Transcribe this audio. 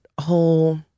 whole